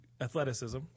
athleticism